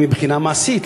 ואם מבחינה מעשית,